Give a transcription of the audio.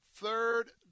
third